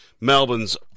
Melbourne's